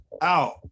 out